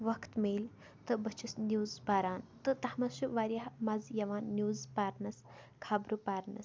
وقت میلہِ تہٕ بہٕ چھَس نِوٕز پَران تہٕ تَتھ منٛز چھِ وارِیاہ مَزٕ یِوان نِوٕز پَرنَس خبرٕ پَرنَس